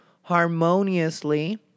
harmoniously